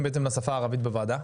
הנציגים בעצם לשפה הערבית בוועדה?